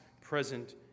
present